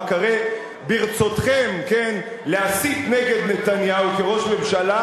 הרי ברצותכם להסית נגד נתניהו כראש ממשלה,